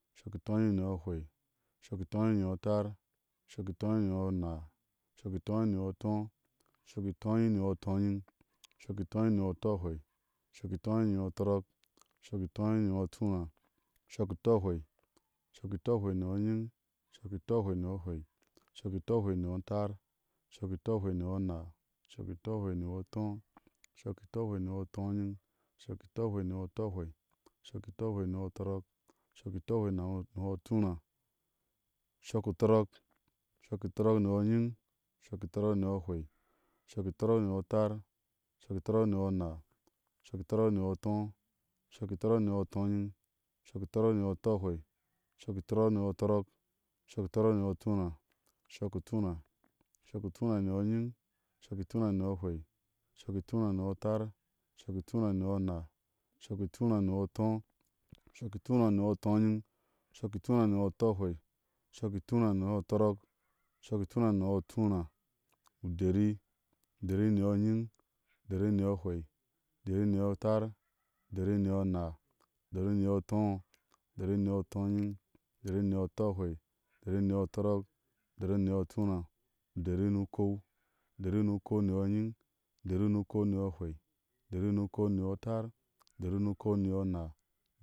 Shɔk i utóóanyiŋ ni yɔ a hwei. shɔk i utóóanyiŋ ni yɔatar. shɔk i utóóanyiŋ ni yɔ anaa. shɔk i utóóanyiŋ ni yɔ a atar. shɔk i utóóanyiŋ ni yɔ a naa. shɔk i utóóanyiŋ ni yɔ a tó. shɔk i utóóanyiŋ ni yɔ a utóóanyiŋ. shɔk i utóóanyiŋ ni yɔ a utɔɔahwɛi. shɔk i utóóanyiŋ ni yɔ a tɔrɔk. shɔk i utóóanyiŋ ni yɔ a túúráá. shɔk i utɔɔahwɛi. shɔk i utɔɔahwɛi ni yɔ anyiŋ. shɔk i utɔɔahwɛi ni yɔ ahwɛi. shɔk i utɔɔahwɛi ni yɔ a atar. shɔk i utɔɔahwɛi ni yɔ a naa. shɔk i utɔɔahwɛi ni yɔ a tó. shɔk i utɔɔahwɛi ni yɔ a toó anyiŋ. shɔk i utɔɔahwɛi ni yɔ tɔrɔk. shɔk i utɔɔahwɛi ni yɔ utuuraa. shɔk iu tɔrɔk. shɔk iu tɔrɔk ni yɔ anyiŋ. shɔk iu tɔrɔk ni yɔ ahwɛi. shɔk iu tɔrɔk ni yɔ atar. shɔk iu tɔrɔk ni yɔ a naa. shɔk iu tɔrɔk ni yɔ a ató. shɔk iu tɔrɔk ni yɔ tóó anyiŋ. shɔk iu tɔrɔk ni yɔ utɔɔahwei. shɔk iu tɔrɔk ni yɔ utɔrɔk. shɔk iu tɔrɔk ni yɔ utuuraa. shɔk i u túúráá. shɔk i u túúráá ni yɔ anyiŋ. shɔk i u túúráá ni yɔ ahwei. shɔk i u túúráá ni yɔ atar. shɔk i u túúráá ni yɔ a naa. shɔk i u túúráá ni yɔ ató. shɔk i u túúráá ni yɔ utooanyiŋ. shɔk i u túúráá ni yɔ utɔɔhwei. shɔk i u túúráá ni yɔ utɔrɔk. shɔk i u túúráá ni yɔ utúúráá. u dari. u dari ni yɔ anyiŋ. u dari ni yɔ ahwei. u dari ni yɔ atar. u dari ni yɔ anaa. u dari ni yɔ ató. u dari ni yɔ utóó anyiŋ. u dari ni yɔ. utɔɔahwɛi. u dari ni yɔ utɔrɔk. u dari ni yɔutúúráá. u dari ni u ukou. u dari ni u ukou ni yɔ anyiŋ. u dari ni u ukou ni yɔ ahwei. u dari ni u ukou ni yɔ atar. u dari ni u ukou ni yɔ anaa